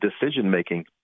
decision-making